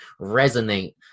resonate